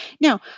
Now